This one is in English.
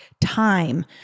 time